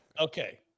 okay